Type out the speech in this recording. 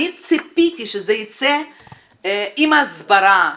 אני ציפיתי שזה ייצא עם הסברה,